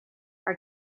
are